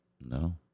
No